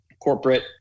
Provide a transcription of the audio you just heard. corporate